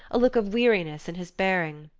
a look of weariness in his bearing.